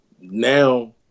now